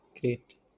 Great